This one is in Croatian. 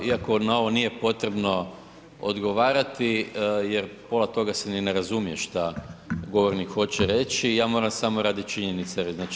Iako na ovo nije potrebno odgovarati jer pola toga se ni ne razumije šta govornik hoće reći i ja moram samo radi činjenice reći.